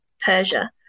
Persia